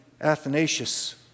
Athanasius